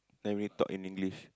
never really talk in English